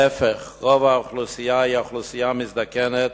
להיפך: רוב האוכלוסייה היא אוכלוסייה מזדקנת